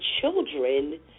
children